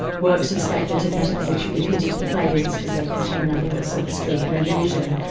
works of speculative metaphysics should be committed to the flames, because they contain nothing but sophistry and illusion.